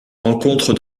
rencontre